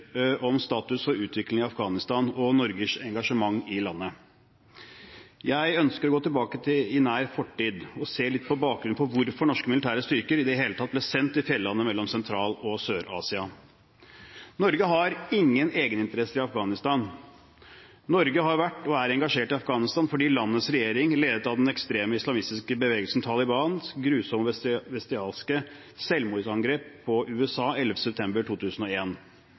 om status for utvikling i Afghanistan og Norges engasjement i landet. Jeg ønsker å gå tilbake i nær fortid og se litt på bakgrunnen for hvorfor norske militære styrker i det hele tatt ble sendt til fjellandet mellom Sentral- og Sør-Asia. Norge har ingen egeninteresser i Afghanistan. Norge har vært, og er, engasjert i Afghanistan på grunn av landets regjerings, ledet av den ekstreme islamske bevegelsen Taliban, grusomme og bestialske selvmordsangrep på USA 11. september